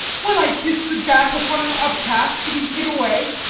when i kiss'd the jack, upon an up-cast to be hit away!